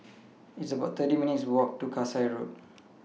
It's about thirty eight minutes' Walk to Kasai Road